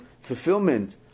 fulfillment